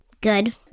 Good